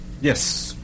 Yes